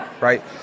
right